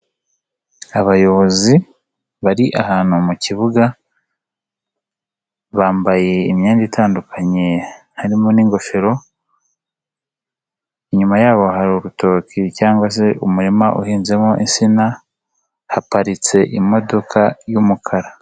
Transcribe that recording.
Abayobozi bari ahantu mu kibuga, bambaye imyenda itandukanye, harimo n'ingofero, inyuma yabo hari urutoki cyangwa se umurima uhinzemo insina, haparitse imodoka y'umukara.